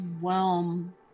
Whelm